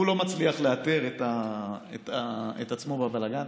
הוא לא מצליח לאתר את עצמו בבלגן,